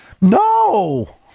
No